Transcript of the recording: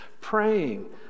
praying